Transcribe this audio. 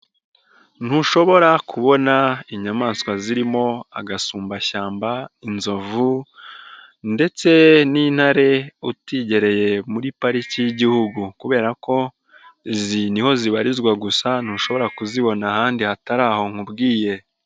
Ntushobora kubona inyamaswa zirimo agasumbashyamba, inzovu ndetse n'intare, utigereye muri pariki y'igihugu kubera ko izi ni ho zibarizwa gusa, ntushobora kuzibona ahandi hatari aho nkubwiye.